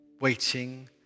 waiting